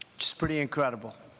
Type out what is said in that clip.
it's pretty incredible.